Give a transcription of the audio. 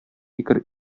фикер